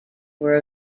were